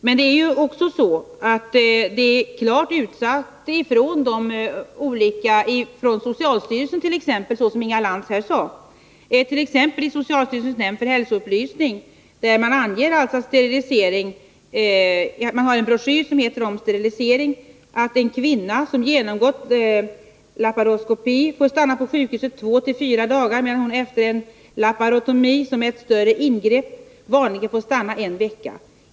Men det är också så att detta, såsom Inga Lantz här sade, är klart utsagt från socialstyrelsen. Socialstyrelsens nämnd för hälsoupplysning anger t.ex. i sin broschyr Om sterilisering att en kvinna som genomgått laparoskopi får stanna på sjukhuset i två till fyra dagar, medan hon efter en laparatomi, som är ett större ingrepp, vanligen får stanna en vecka.